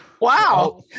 wow